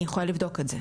אני יכולה לבדוק את זה,